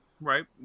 right